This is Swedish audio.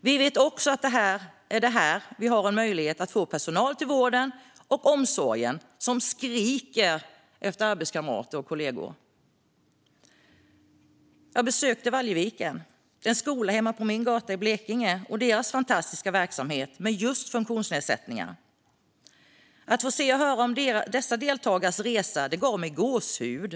Vi vet också att det är här vi har en möjlighet att få personal till vården och omsorgen, där man skriker efter arbetskamrater och kollegor. Jag besökte Valjeviken, en skola hemma på min gata i Blekinge, och deras fantastiska verksamhet för just personer med funktionsnedsättningar. Att få se och höra om dessa deltagares resa gav mig gåshud.